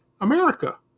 America